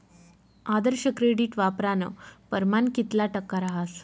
आदर्श credit वापरानं परमाण कितला टक्का रहास